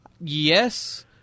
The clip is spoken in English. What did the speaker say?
Yes